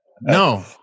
No